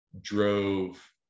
drove